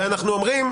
ואומרים,